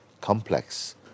complex